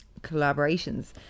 collaborations